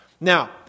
Now